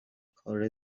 کار